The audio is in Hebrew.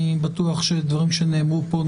אני בטוח שדברים שנאמרו כאן,